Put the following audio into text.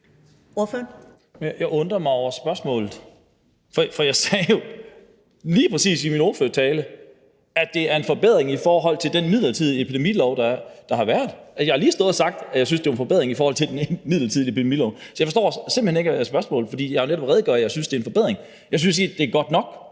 (NB): Jeg undrer mig over spørgsmålet, for jeg sagde jo lige præcis i min ordførertale, at det var en forbedring i forhold til den midlertidige epidemilov, der har været. Jeg har lige stået og sagt, at jeg syntes, at det var en forbedring i forhold til den midlertidige epidemilov, så jeg forstår simpelt hen ikke spørgsmålet. Jeg har jo netop redegjort for, at jeg synes, det er en forbedring. Jeg synes ikke, det er godt nok.